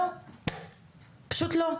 פשוט לא.